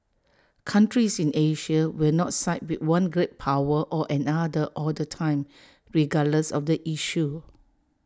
countries in Asia will not side with one great power or another all the time regardless of the issue